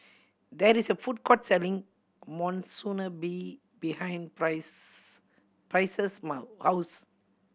there is a food court selling Monsunabe behind Price's Price's house